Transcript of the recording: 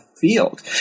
field